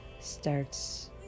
Starts